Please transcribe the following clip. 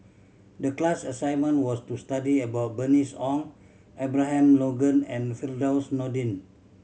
the class assignment was to study about Bernice Ong Abraham Logan and Firdaus Nordin